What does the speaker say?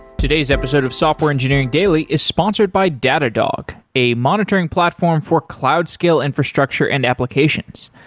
today's episode of software engineering daily is sponsored by datadog a monitoring platform for cloud scale infrastructure and applications.